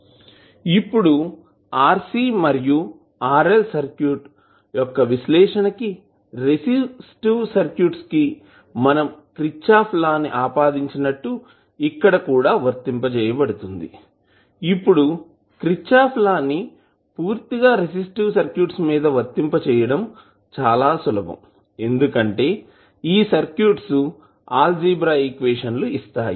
ఇప్పుడు RC మరియు RL circuits యొక్క విశ్లేషణ కి రెసిస్టివ్ సర్క్యూట్స్ కి మనం క్రిచ్చాఫ్ లా ను ఆపాదించినట్టు ఇక్కడ కూడా వర్తింపజేయబడుతుంది ఇప్పుడు క్రిచ్చాఫ్ లా ని పూర్తిగా రెసిస్టివ్ సర్క్యూట్స్ మీద వర్తింపచేయడం చాలా సులభం ఎందుకంటే ఈ సర్క్యూట్స్ అల్జీబ్రా ఈక్వేషన్ లు ఇస్తాయి